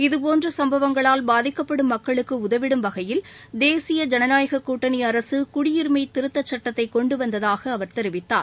இதபோன்ற சும்பவங்களால் பாதிக்கப்படும் மக்களுக்கு உதவிடும் வகையில் தேசிய ஜனநாயக கூட்டணி அரசு குடியுரிமை திருத்தச் சுட்டத்தை கொண்டு வந்ததாக அவர் தெரிவித்தார்